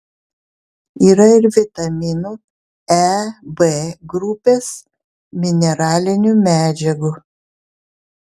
yra ir vitaminų e b grupės mineralinių medžiagų